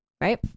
right